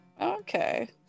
Okay